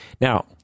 Now